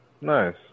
Nice